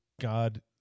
God